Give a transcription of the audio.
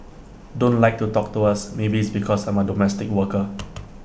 don't like to talk to us maybe it's because I am A domestic worker